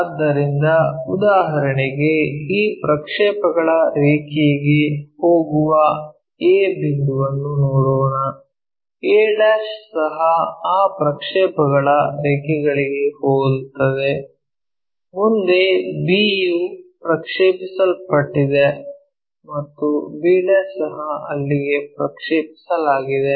ಆದ್ದರಿಂದ ಉದಾಹರಣೆಗೆ ಈ ಪ್ರಕ್ಷೇಪಕಗಳ ರೇಖೆಗೆ ಹೋಗುವ a ಬಿಂದುವನ್ನು ನೋಡೋಣ a ಸಹ ಆ ಪ್ರಕ್ಷೇಪಗಳ ರೇಖೆಗಳಿಗೂ ಹೋಗುತ್ತದೆ ಮುಂದೆ b ಯು ಪ್ರಕ್ಷೇಪಿಸಲ್ಪಟ್ಟಿದೆ ಮತ್ತು b ಸಹ ಅಲ್ಲಿಗೆ ಪ್ರಕ್ಷೇಪಿಸಲಾಗಿದೆ